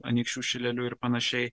anykščių šileliu ir panašiai